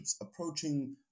approaching